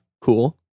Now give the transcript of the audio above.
Cool